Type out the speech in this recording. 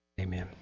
Amen